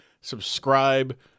subscribe